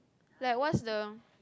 like what's the